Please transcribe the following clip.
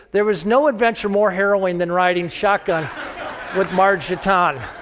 there is no adventure more harrowing than riding shotgun with marge deton.